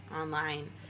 online